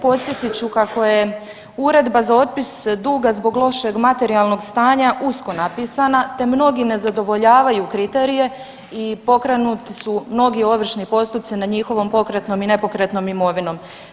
Podsjetit ću kako je Uredba za otpis duga zbog lošeg materijalnog stanja usko napisana te mnogi ne zadovoljavaju kriterije i pokrenuti su mnogi ovršni postupci na njihovom pokretnom i nepokretnom imovinom.